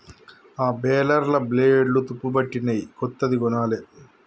ఆ బేలర్ల బ్లేడ్లు తుప్పుపట్టినయ్, కొత్తది కొనాలి